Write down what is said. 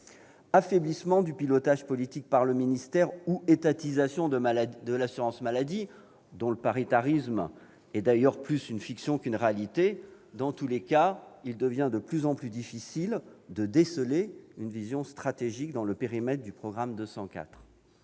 affaiblissement du pilotage politique par le ministère ou de l'étatisation de l'assurance maladie, dont le paritarisme relève d'ailleurs davantage d'une fiction que de la réalité ? En tous les cas, il devient de plus en plus difficile de déceler une vision stratégique dans le périmètre du programme 204.